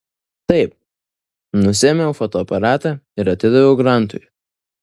taip nusiėmiau fotoaparatą ir atidaviau grantui